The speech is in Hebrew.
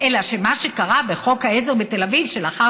אלא שמה שקרה בחוק העזר בתל אביב הוא שלאחר